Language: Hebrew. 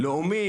"לאומית",